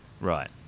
Right